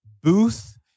booth